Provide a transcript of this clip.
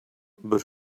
but